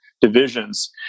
divisions